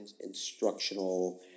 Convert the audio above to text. instructional